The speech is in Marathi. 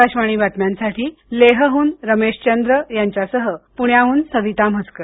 आकाशवाणी बातम्यांसाठी लेह हून रमेश चंद्र यांच्यासह पुण्याहून सविता म्हसकर